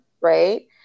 right